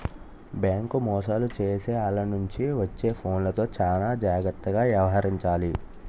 bank మోసాలు చేసే ఆల్ల నుంచి వచ్చే ఫోన్లతో చానా జాగర్తగా యవహరించాలి